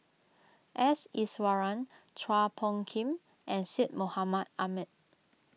S Iswaran Chua Phung Kim and Syed Mohamed Ahmed